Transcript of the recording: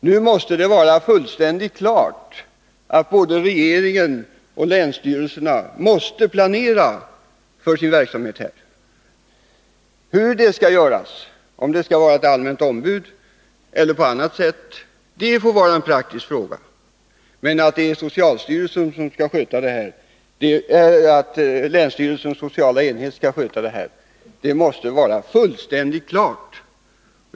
Nu måste det vara fullständigt klart att både regeringen och länsstyrelserna är tvungna att planera för verksamheten. Om det skall vara allmänt ombud eller på annat sätt får vara en praktisk fråga, men att det är länsstyrelsens sociala enhet som skall sköta handläggningen måste göras fullständigt klart.